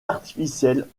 artificielles